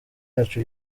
yacu